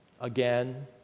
again